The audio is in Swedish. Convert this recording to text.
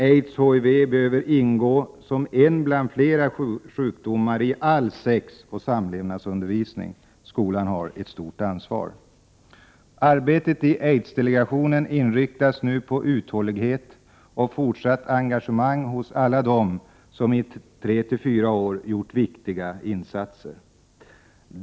Aids/HIV behöver ingå som en bland flera sjukdomar i all sexoch samlevnadsundervisning. Skolans ansvar är stort. Arbetet i aidsdelegationen inriktas nu på uthållighet och fortsatt engagemang hos alla dem som i tre fyra år gjort viktiga insatser.